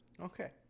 Okay